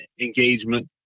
engagement